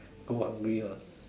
go hungry mah